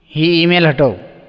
ही email हटव